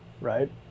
right